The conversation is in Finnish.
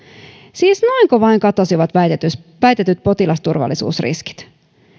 siis noinko vain katosivat väitetyt väitetyt potilasturvallisuusriskit